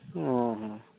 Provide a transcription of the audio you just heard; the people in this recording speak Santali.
ᱚ